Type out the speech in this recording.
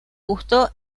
gustó